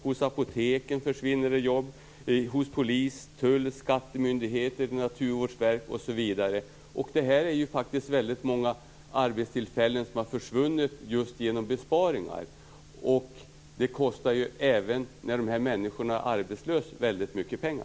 Hos apoteken försvinner det jobb, hos polis, tull, skattemyndigheter, naturvårdsverk osv. Det är väldigt många arbetstillfällen som har försvunnit genom besparingarna. Det kostar ju mycket pengar även när de här människorna är arbetslösa.